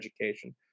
education